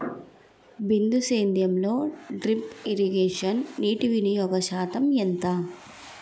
బిందు సేద్యంలో drip irrigation నీటివినియోగ శాతం ఎంత?